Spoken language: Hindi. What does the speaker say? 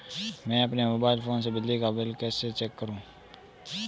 मैं अपने मोबाइल फोन से बिजली का बिल कैसे चेक करूं?